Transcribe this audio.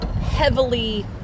heavily